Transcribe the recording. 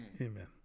Amen